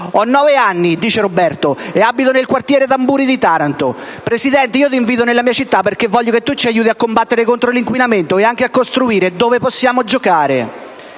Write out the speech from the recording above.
«Ho nove anni» - dice Roberto - «e abito nel quartiere Tamburi di Taranto. Presidente, io ti invito nella mia città perché voglio che tu ci aiuti a combattere contro l'inquinamento e anche a costruire dove possiamo giocare».